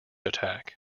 attack